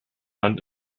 land